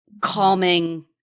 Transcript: calming